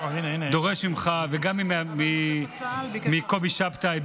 דורש ממך וגם מקובי שבתאי,